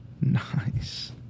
Nice